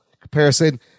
comparison